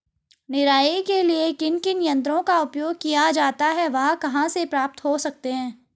निराई के लिए किन किन यंत्रों का उपयोग किया जाता है वह कहाँ प्राप्त हो सकते हैं?